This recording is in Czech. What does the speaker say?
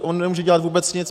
On nemůže dělat vůbec nic.